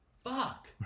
fuck